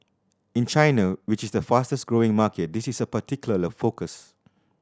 in China which is the fastest growing market this is a particular focus